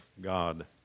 God